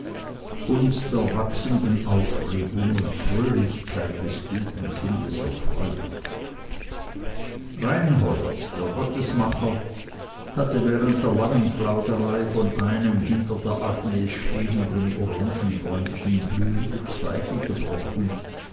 uns der wachsenden aufregung und fröhlichkeit des guten kindes erfreuend reinhold der gottesmacher hatte während der langen plauderei von einem hinter der agnes stehenden orangenbäumchen blühende zweige gebrochen